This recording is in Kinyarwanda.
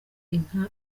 inka